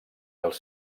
els